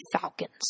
Falcons